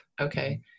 Okay